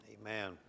Amen